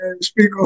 speak